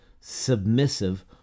submissive